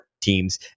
teams